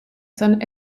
son